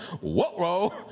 whoa